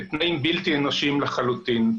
תנאים בלתי אנושיים לחלוטין.